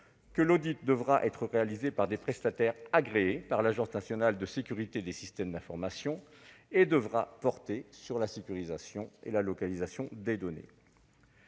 L'audit devra être réalisé par des prestataires agréés par l'Agence nationale de la sécurité des systèmes d'information, et devra porter sur la sécurisation et la localisation des données.